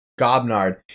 Gobnard